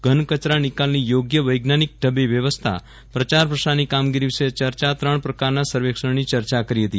ઘન કચરા નિકાલની યોગ્ય વૈજ્ઞાનિક ઢબે વ્યવસ્થા પ્રચાર પ્રસારની કામગીરી વિશે ચર્ચા ત્રણ પ્રકારના સર્વેક્ષણની ચર્ચા કરી હતી